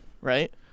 right